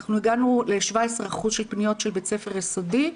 אנחנו הגענו ל-17% פניות של בית ספר יסודי.